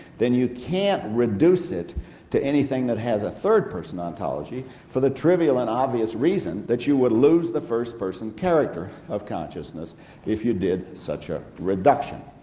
then you can't reduce it to anything that has a third person ontology for the trivial and obvious reason that you would lose the first person character of consciousness if you did such a reduction.